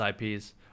IPs